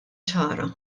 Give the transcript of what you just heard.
ċara